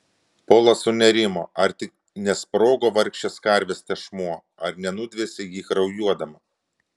polas sunerimo ar tik nesprogo vargšės karvės tešmuo ar nenudvėsė ji kraujuodama